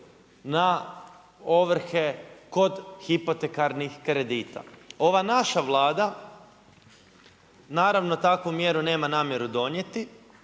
na ovrhe kod hipotekarnih kredita. Ova naša Vlada naravno takvu mjeru nema namjeru donijeti,